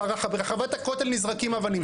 ברחבת הכותל נזרקות אבנים,